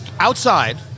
Outside